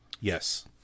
Yes